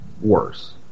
worse